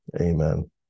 Amen